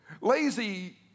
Lazy